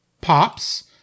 Pops